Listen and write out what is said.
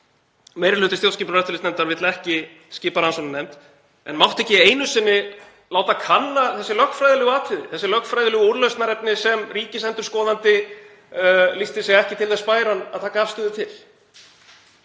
meiri hluti stjórnskipunar- og eftirlitsnefndar vill ekki skipa rannsóknarnefnd, en mátti ekki einu sinni láta kanna þessi lögfræðilegu atriði, þessu lögfræðilegu úrlausnarefni sem ríkisendurskoðandi lýsti sig ekki til þess bæran að taka afstöðu til?